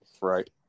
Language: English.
Right